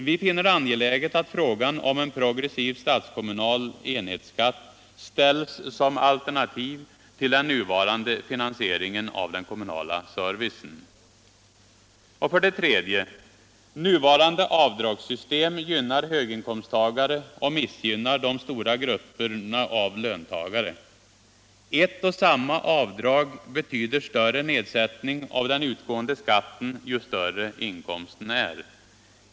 Vi finner det angeläget att frågan om en progressiv statskommunal enhetsskatt ställs som alternativ till den nuvarande finansieringen av den kommunala servicen. 3. Nuvarande avdragssystem gynnar höginkomsttagare och missgynnar de stora grupperna av löntagare. Ett och samma avdrag betyder större nedsättning av den utgående skatten ju större inkomsten är.